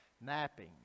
napping